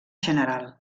general